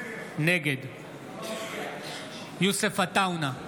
נגד יוסף עטאונה,